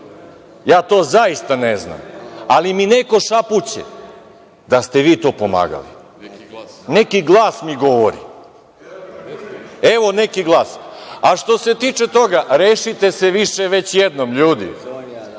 Ja to zaista ne znam, ali mi neko šapuće da ste vi to pomagali, neki glas mi govori, evo, neki glas. Što se tiče toga, rešite sve više već jednom, ljudi.